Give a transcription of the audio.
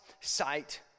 sight